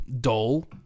dull